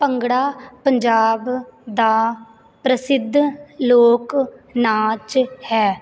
ਭੰਗੜਾ ਪੰਜਾਬ ਦਾ ਪ੍ਰਸਿੱਧ ਲੋਕ ਨਾਚ ਹੈ